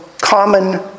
common